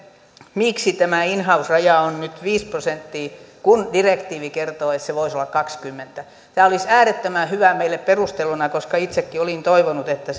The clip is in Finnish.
miksi tämä in house raja on nyt viisi prosenttia kun direktiivi kertoo että se voisi olla kaksikymmentä tämä olisi äärettömän hyvä meille perustella koska itsekin olin toivonut että